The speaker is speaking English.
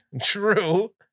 true